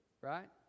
right